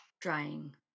Drying